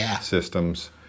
systems